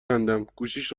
کندم، گوشیش